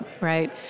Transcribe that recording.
Right